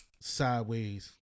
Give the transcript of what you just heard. sideways